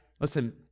Listen